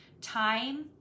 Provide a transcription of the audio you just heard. time